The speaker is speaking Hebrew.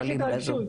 עו"ד גלי עציון,